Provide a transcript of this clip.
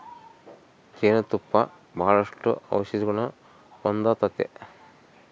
ಜೇನು ತುಪ್ಪ ಬಾಳಷ್ಟು ಔಷದಿಗುಣ ಹೊಂದತತೆ